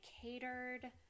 catered